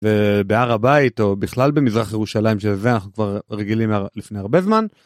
בהר הבית או בכלל במזרח ירושלים שזה אנחנו כבר רגילים לפני הרבה זמן.